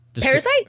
Parasite